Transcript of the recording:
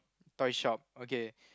toy shop okay